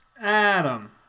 Adam